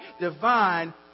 divine